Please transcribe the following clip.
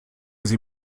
sie